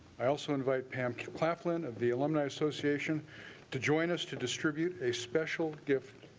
i also invite pam claflin of the alumni association to join us to distribute a special gift